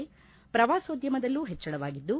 ದೇಶಿನ ಪ್ರವಾಸೋದ್ಯಮದಲ್ಲೂ ಹೆಚ್ಚಳವಾಗಿದ್ದು